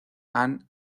ann